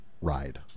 ride